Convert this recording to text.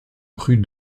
rue